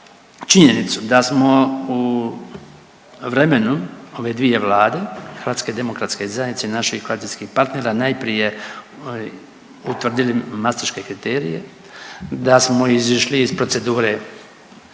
činjenicu da smo u vremenu ove dvije Vlade, HDZ-a i naših koalicijskih partnera najprije utvrdili mastriške kriterije, da smo izišli iz procedure